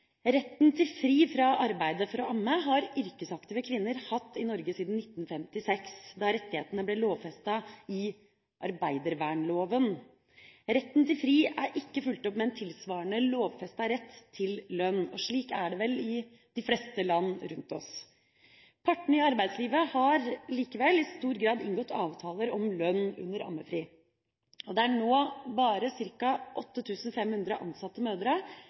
Retten til fri fra arbeid for å amme har yrkesaktive kvinner i Norge hatt siden 1956, da rettighetene ble lovfestet i arbeidervernloven. Retten til fri er ikke fulgt opp med en tilsvarende lovfestet rett til lønn. Slik er det vel i de fleste land rundt oss. Partene i arbeidslivet har likevel i stor grad inngått avtaler om lønn under ammefri. Det er nå bare ca. 8 500 ansatte mødre